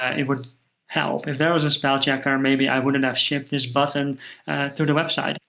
ah it would help. if there was a spell checker, maybe i wouldn't have shipped this button to the website.